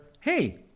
Hey